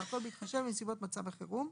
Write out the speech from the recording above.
והכול בהתחשב בנסיבות מצב החירום,